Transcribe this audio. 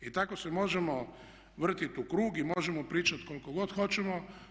I tako se možemo vrtjeti u krug i možemo pričati koliko god hoćemo.